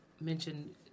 mentioned